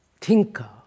thinker